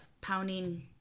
pounding